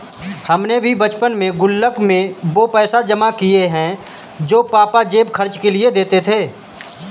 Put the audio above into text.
हमने भी बचपन में गुल्लक में वो पैसे जमा किये हैं जो पापा जेब खर्च के लिए देते थे